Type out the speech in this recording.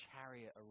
chariot